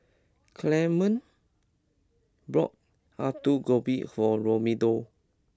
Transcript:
Clemence bought Alu Gobi for Romello